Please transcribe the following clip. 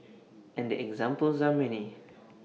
and the examples are many